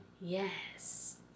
Yes